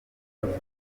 bunoze